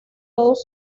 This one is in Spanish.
todos